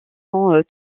font